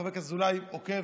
גם חבר הכנסת אזולאי עוקב,